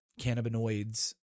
cannabinoids